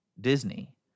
Disney